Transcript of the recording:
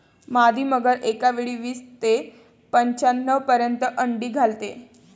मादी मगर एकावेळी वीस ते पंच्याण्णव पर्यंत अंडी घालते